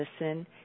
listen